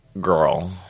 Girl